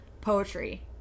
poetry